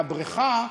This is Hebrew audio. מהבריכה,